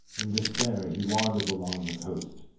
in despair, he wandered along the coast,